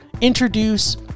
introduce